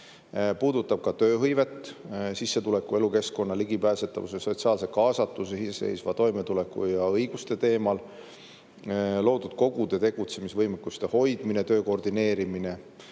puudutab ka tööhõivet sissetuleku, elukeskkonna, ligipääsetavuse, sotsiaalse kaasatuse, iseseisva toimetuleku ja õiguste teemal, loodud kogude tegutsemisvõimekuste hoidmine, töö koordineerimine